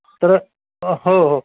तर हो हो